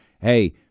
Hey